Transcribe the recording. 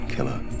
Killer